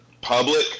public